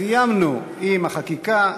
סיימנו עם החקיקה.